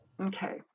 Okay